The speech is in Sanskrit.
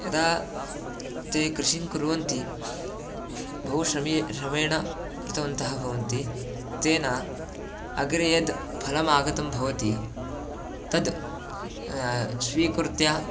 यदा ते कृषिं कुर्वन्ति बहु श्रमी श्रमेण कृतवन्तः भवन्ति तेन अग्रे यद् फलम् आगतं भवति तद् स्वीकृत्य